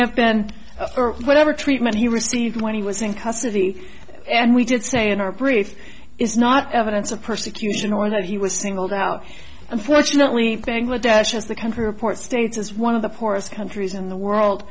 have been or whatever treatment he received when he was in custody and we did say in our brief is not evidence of persecution or that he was singled out unfortunately bangladesh as the country report states is one of the poorest countries in the world